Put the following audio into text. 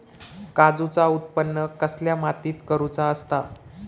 काजूचा उत्त्पन कसल्या मातीत करुचा असता?